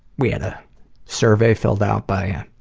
we had a survey filled out by a